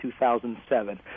2007